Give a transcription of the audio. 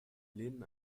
lehnen